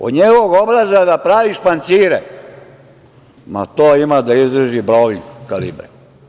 Od njegovog obraza da praviš pancire, ma to ima da izdrži brolik kalibre.